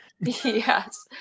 Yes